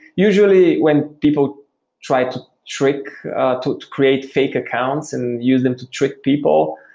usually when people try to trick to create fake accounts and use them to trick people,